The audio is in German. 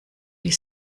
die